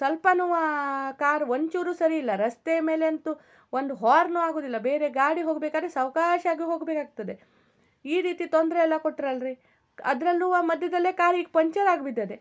ಸ್ವಲ್ಪನು car ಒಂಚೂರು ಸರಿ ಇಲ್ಲ ರಸ್ತೆ ಮೇಲೆ ಅಂತೂ ಒಂದು ಹಾರ್ನು ಆಗೋದಿಲ್ಲ ಬೇರೆ ಗಾಡಿ ಹೋಗಬೇಕಾದ್ರೆ ಸಾವ್ಕಾಶಾಗಿ ಹೋಗಬೇಕಾಗ್ತದೆ ಈ ರೀತಿ ತೊಂದರೆ ಎಲ್ಲ ಕೊಟ್ರಲ್ರಿ ಅದ್ರಲ್ಲು ಮಧ್ಯದಲ್ಲೇ ಕಾರಿಗೆ ಪಂಚರಾಗ್ಬಿಟ್ಟಿದೆ